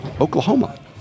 Oklahoma